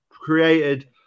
Created